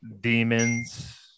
demons